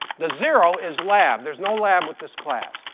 the zero is lab. there's no lab with this class.